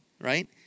right